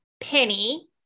penny